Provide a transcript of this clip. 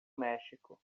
méxico